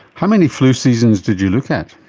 how many flu seasons did you look at?